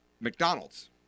McDonald's